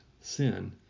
sin